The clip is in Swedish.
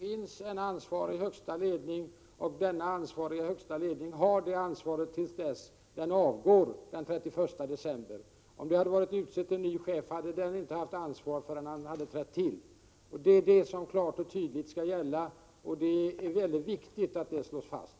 Herr talman! Det finns en ansvarig högsta ledning och den har ansvaret till dess att den avgår den 31 december. Om en ny chef varit utsedd hade han inte haft något ansvar förrän han tillträtt. Det är vad som skall gälla, och det är viktigt att detta slås fast.